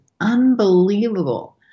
unbelievable